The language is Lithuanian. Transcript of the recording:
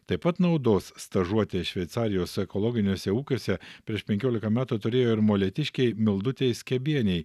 taip pat naudos stažuotė šveicarijos ekologiniuose ūkiuose prieš penkiolika metų turėjo ir molėtiškei mildutei skebienei